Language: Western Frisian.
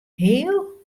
heal